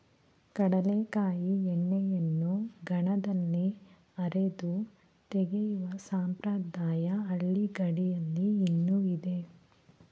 ಕಡಲೆಕಾಯಿ ಎಣ್ಣೆಯನ್ನು ಗಾಣದಲ್ಲಿ ಅರೆದು ತೆಗೆಯುವ ಸಂಪ್ರದಾಯ ಹಳ್ಳಿಗಾಡಿನಲ್ಲಿ ಇನ್ನೂ ಇದೆ